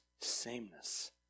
sameness